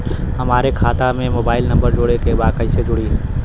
हमारे खाता मे मोबाइल नम्बर जोड़े के बा कैसे जुड़ी?